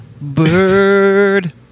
bird